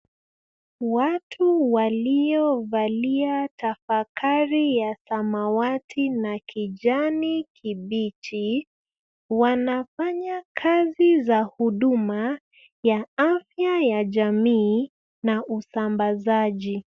Watu waliovalia tafakali ya samawati na kijani kibichi, wanafanya kazi za huduma ya afya ya jamii na usambazaji.